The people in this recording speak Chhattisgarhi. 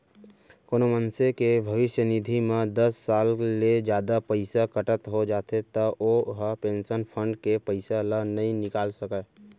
कोनो मनसे के भविस्य निधि म दस साल ले जादा पइसा कटत हो जाथे त ओ ह पेंसन फंड के पइसा ल नइ निकाल सकय